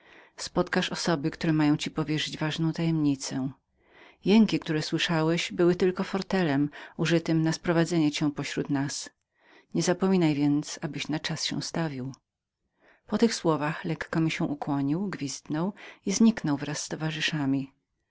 spotkasz osoby które mają ci powierzyć ważną tajemnicę jęki jakie słyszałeś były tylko fortelem użytym na sprowadzenie cię pośród nas niezapominaj więc abyś na czas się stawił po tych słowach lekko mi się ukłonił gwiznął i zniknął wraz z towarzyszami